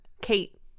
Kate